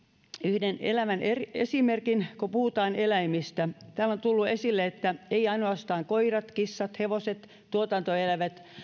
yhden elävän esimerkin kun puhutaan eläimistä täällä on tullut esille että eivät ainoastaan koirat kissat hevoset tuotantoeläimet